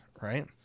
right